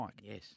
Yes